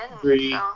three